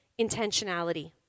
intentionality